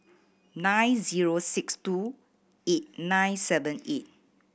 nine zero six two eight nine seven eight